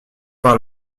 par